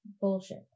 bullshit